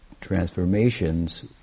transformations